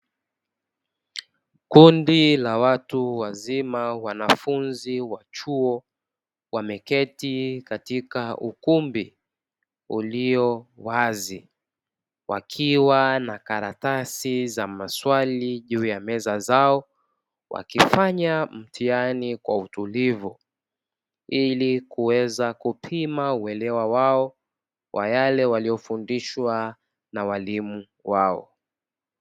Kundi la watu wazima wanafunzi wa chuo wameketi katika ukumbi ulio wazi, wakiwa na karatasi za maswali juu ya meza zao; wakifanya mtihani kwa utulivu ili kuweza kupima uelewa wao wa yale waliyofundishwa na walimu wao.